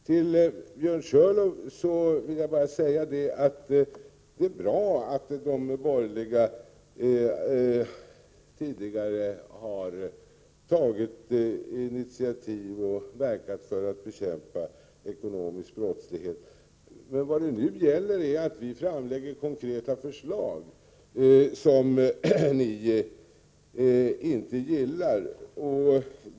Till Björn Körlof vill jag bara säga: Det är bra att de borgerliga tidigare har tagit initiativ och verkat för att bekämpa ekonomisk brottslighet. Men nu handlar det om att vi lägger fram konkreta förslag som ni inte gillar.